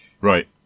Right